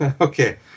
Okay